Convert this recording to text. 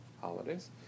holidays